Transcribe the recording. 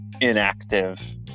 inactive